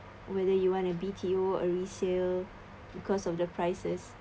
whether you want a B_T_O a resale because of the prices